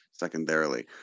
secondarily